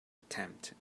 attempt